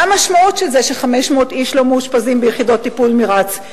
מה המשמעות של זה ש-500 איש לא מאושפזים ביחידות טיפול נמרץ?